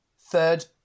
Third